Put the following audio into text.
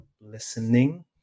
listening